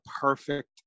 perfect